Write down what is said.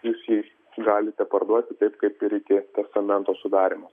jūs jį galite parduoti taip kaip ir iki testamento sudarymo